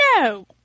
No